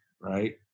right